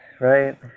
right